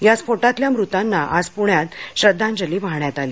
या स्फोटातल्या मृतांना आज पुण्यात श्रद्धांजली वाहण्यात आली